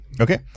Okay